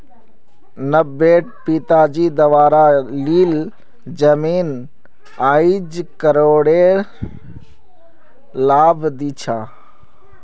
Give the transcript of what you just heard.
नब्बेट पिताजी द्वारा लील जमीन आईज करोडेर लाभ दी छ